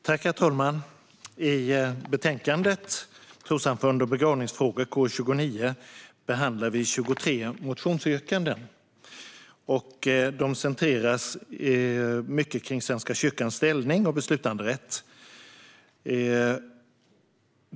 Herr talman! I betänkandet KU29 Trossamfund och begravningsfrågor behandlar vi 23 motionsyrkanden. De centreras mycket kring Svenska kyrkans ställning och beslutanderätt.